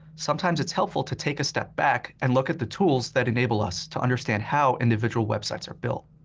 sometimes it's helpful to take a step back and look at the tools that enable us to understand how individual websites are built.